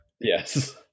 Yes